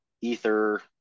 Ether